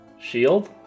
Shield